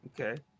Okay